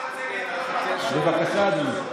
בבקשה, אדוני.